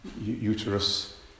uterus